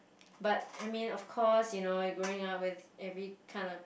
but I mean of course you know you are growing up with every kind of